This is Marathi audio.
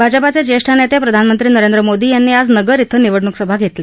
भाजपाचे ज्येष्ठ नेते प्रधानमंत्री नरेंद्र मोदी यांनी आज नगर क्वें निवडणूक सभा घेतली